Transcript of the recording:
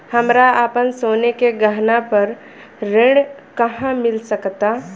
हमरा अपन सोने के गहना पर ऋण कहां मिल सकता?